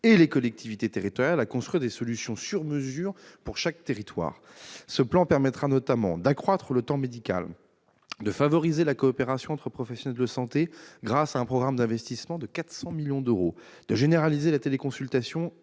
et les collectivités à construire des solutions sur mesure pour chaque territoire. Ce plan permettra notamment d'accroître le temps médical ; de favoriser la coopération entre professionnels de santé, grâce à un programme d'investissement de 400 millions d'euros ; de généraliser la téléconsultation,